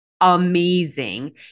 amazing